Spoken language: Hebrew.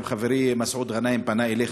גם חברי מסעוד גנאים פנה אליך,